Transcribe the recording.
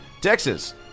Texas